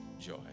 joy